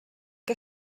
que